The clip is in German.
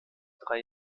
drei